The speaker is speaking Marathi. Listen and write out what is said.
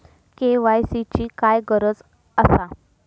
के.वाय.सी ची काय गरज आसा?